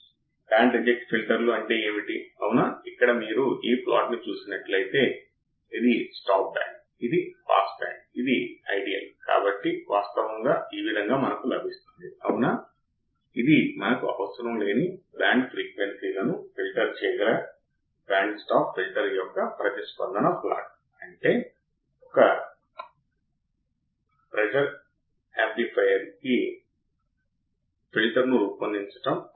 రెండు input terminals ground అయినప్పుడు ఇప్పుడు చూద్దాం ఆప్ ఆంప్ యొక్క ఇన్పుట్ టెర్మినల్స్ రెండింటినీ గ్రౌండ్ చేస్తాము ఐడియల్ గా అవుట్పుట్ వోల్టేజ్ సున్నా ఉండాలి అది సరైనదే నేను ఆపరేషన్ యాంప్లిఫైయర్ తీసుకుంటాను మరియు నా ఇన్వర్టింగ్ మరియు నాన్ ఇన్వర్టింగ్ టెర్మినల్స్ రెండింటినీ నేను గ్రౌండ్ చేస్తున్నాను అని నేను చెబితే అవుట్పుట్ వోల్టేజ్ Vo సున్నా ఉండాలి